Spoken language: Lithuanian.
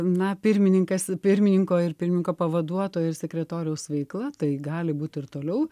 na pirmininkas pirmininko ir pirmininko pavaduotojo ir sekretoriaus veikla tai gali būt ir toliau